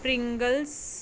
pringles